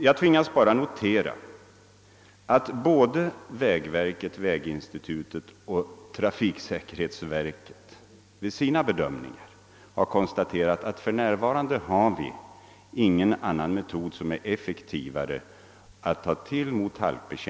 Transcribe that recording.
Jag tvingas alltså konstatera att vägverket, väginstitutet och trafiksäkerhetsverket vid sina bedömningar måst konstatera att det för närvarande inte finns något metod för halkbekämpning som är effektivare än den kemiska metoden.